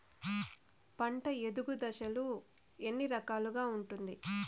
పంట ఎదుగు దశలు ఎన్ని రకాలుగా ఉంటుంది?